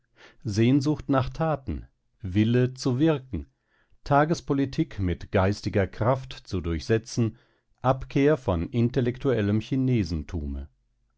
sehnsucht nach taten wille zu wirken tagespolitik mit geistiger kraft zu durchsetzen abkehr von intellektuellem